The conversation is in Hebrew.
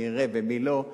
מי יראה ומי לא.